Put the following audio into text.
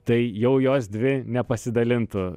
tai jau jos dvi nepasidalintų